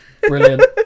Brilliant